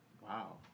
Wow